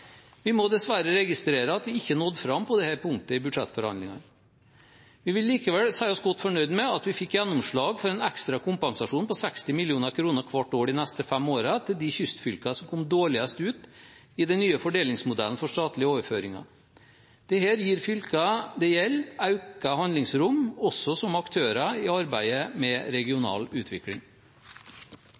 Vi må dessverre registrere at vi ikke nådde fram på dette punktet i budsjettforhandlingene. Vi vil likevel si oss godt fornøyd med at vi fikk gjennomslag for en ekstra kompensasjon på 60 mill. kr hvert år de neste fem årene til de kystfylkene som kom dårligst ut i den nye fordelingsmodellen for statlige overføringer. Dette gir fylkene det gjelder, økt handlingsrom også som aktører i arbeidet med regional utvikling.